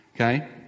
Okay